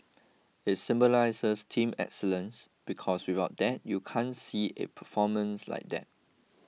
it symbolises team excellence because without that you can't see a performance like that